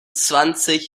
zwanzig